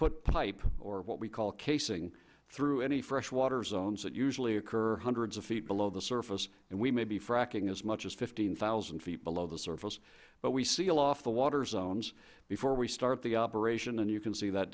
put pipe or what we call casing through any freshwater zones that usually occur hundreds of feet below the surface and we may be fracking as much as fifteen thousand feet below the surface but we seal off the water zones before we start the operation and you can see that